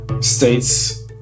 states